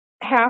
half